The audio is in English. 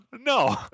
No